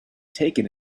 taken